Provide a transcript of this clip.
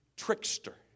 Trickster